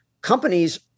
companies